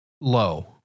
low